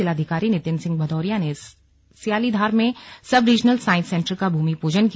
जिलाधिकारी नितिन सिंह भदौरिया ने स्यालीधार में सब रिजनल सांइस सेन्टर का भूमि पूजन किया